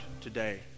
today